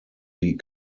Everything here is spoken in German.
die